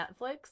Netflix